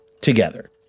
together